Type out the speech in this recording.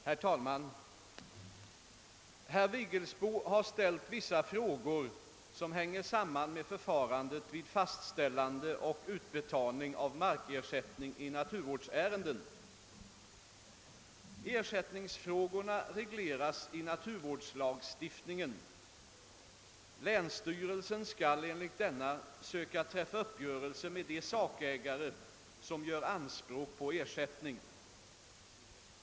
Herr talman! Herr Vigelsbo har ställt vissa frågor som hänger samman med förfarandet vid fastställande och utbetalning av markersättning i naturvårdsärenden. Ersättningsfrågorna regleras i naturvårdslagstiftningen. Länsstyrelsen skall enligt denna söka träffa uppgörelse med de sakägare som gör anspråk på ersättning.